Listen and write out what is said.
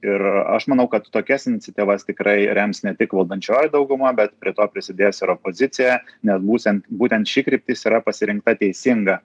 ir aš manau kad tokias iniciatyvas tikrai rems ne tik valdančioji dauguma bet prie to prisidės ir opozicija nes būsiant būtent ši kryptis yra pasirinkta teisinga